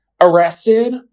arrested